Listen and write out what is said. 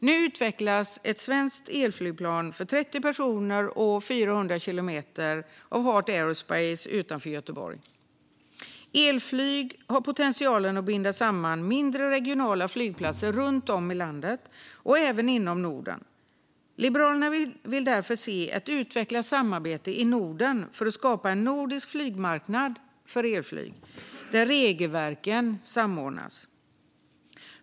Nu utvecklas ett svenskt elflygplan för 30 personer och 400 kilometer av Heart Aerospace utanför Göteborg. Elflyg har potentialen att binda samman regionala mindre flygplatser runt om i landet och även inom Norden. Liberalerna vill därför se ett utvecklat samarbete i Norden för att skapa en nordisk flygmarknad för elflyg, där regelverken samordnas.